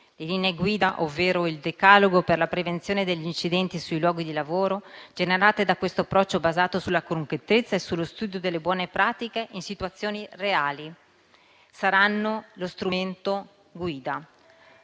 Le linee guida, ovvero il decalogo per la prevenzione degli incidenti sui luoghi di lavoro, generate dall'approccio basato sulla concretezza e sullo studio delle buone pratiche in situazioni reali, saranno lo strumento guida.